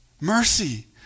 Mercy